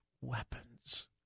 weapons